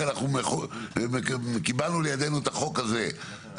כשאנחנו קיבלנו לידנו את החוק הזה,